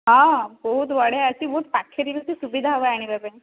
ହଁ ବହୁତ ବଢିଆ ଅଛି ବହୁତ ପାଖେରେ ବି ଅଛି ସୁବିଧା ହେବ ଆଣିବା ପାଇଁ